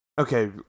Okay